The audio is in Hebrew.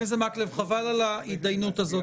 על ההתדיינות הזאת.